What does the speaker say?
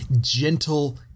gentle